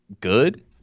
good